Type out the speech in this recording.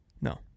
No